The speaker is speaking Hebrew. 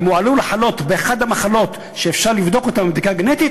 האם הוא עלול לחלות באחת המחלות שאפשר לבדוק אותן בבדיקה גנטית,